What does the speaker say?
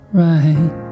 right